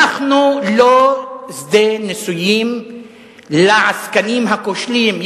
אנחנו לא שדה ניסויים לעסקנים הכושלים,